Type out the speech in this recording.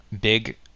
big